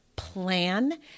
plan